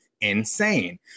Insane